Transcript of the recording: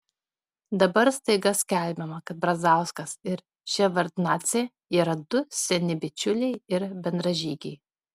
dabar staiga skelbiama kad brazauskas ir ševardnadzė yra du seni bičiuliai ir bendražygiai